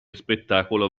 spettacolo